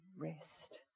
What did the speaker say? rest